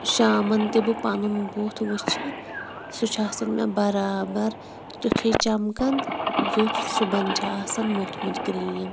شامَن تہِ بہٕ پَنُن بُتھ وٕچھِ سُہ چھِ آسان مےٚ بَرابَر تیُتھُے چَمکان یُتھ صُبحن چھِ آسان موٚتھمُت کرٛیٖم